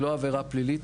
היא לא עבירה פלילית